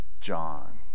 John